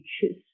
choose